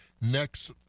next